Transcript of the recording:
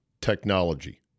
technology